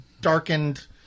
darkened